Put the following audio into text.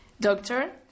doctor